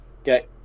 okay